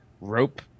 rope